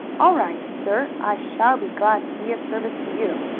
all right, sir. i shall be glad to be of service to you.